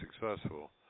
successful